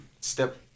step